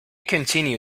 continue